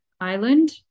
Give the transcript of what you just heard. Island